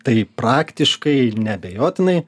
tai praktiškai neabejotinai